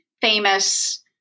famous